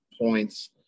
points